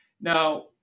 Now